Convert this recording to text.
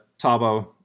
Tabo